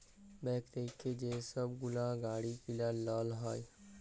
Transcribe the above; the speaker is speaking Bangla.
ব্যাংক থ্যাইকে যে ছব গুলা গাড়ি কিলার লল হ্যয়